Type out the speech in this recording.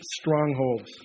strongholds